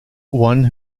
one